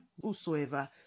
whosoever